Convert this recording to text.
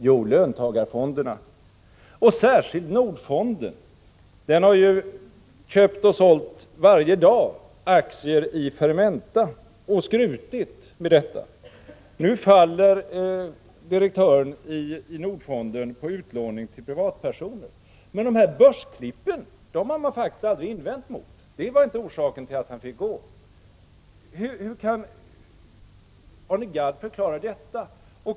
Jo, löntagarfonderna och särskilt Nordfonden. Den har varje dag köpt och sålt aktier i Fermenta och skrutit med detta. Nu faller direktören i Nordfonden på utlåning till privatpersoner, men börsklippen har man faktiskt aldrig invänt mot. De var inte orsaken till att han fick gå. Hur kan Arne Gadd förklara detta?